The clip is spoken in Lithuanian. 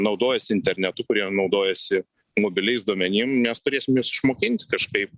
naudojasi internetu kurie naudojasi mobiliais duomenim nes turėsim juos išmokinti kažkaip